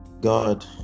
God